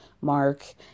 Mark